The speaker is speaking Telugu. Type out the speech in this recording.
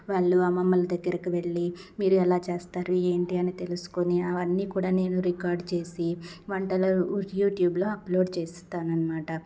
వాళ్ళు అమ్మమ్మల దగ్గరకు వెళ్లి మీరు ఎలా చేస్తారు ఏంటి అని తెలుసుకుని అవన్నీ కూడా నేను రికార్డ్ చేసి వంటలు యూట్యూబ్లో అప్లోడ్ చేస్తాననమాట